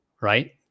right